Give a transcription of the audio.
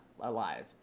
alive